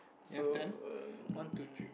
so